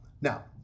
Now